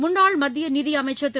முன்னாள் மத்திய நிதியமைச்சர் திரு